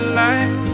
life